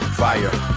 fire